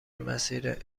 مسیر